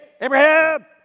Abraham